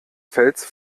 fels